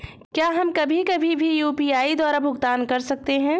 क्या हम कभी कभी भी यू.पी.आई द्वारा भुगतान कर सकते हैं?